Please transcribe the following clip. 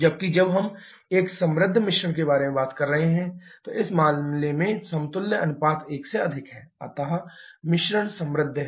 जबकि जब हम एक समृद्ध मिश्रण के बारे में बात कर रहे हैं तो इस मामले में समतुल्य अनुपात 1 से अधिक है अतः मिश्रण समृद्ध है